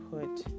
put